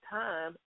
time